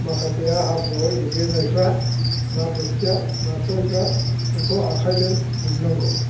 माखासेया हाब्रुआव एब्रेनायफ्रा ना बोथिया नास्रायफ्रा बेखौ आखाइजों हमनांगौ